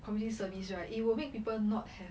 community service right it will make people not have